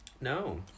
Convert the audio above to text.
No